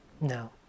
No